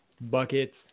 Buckets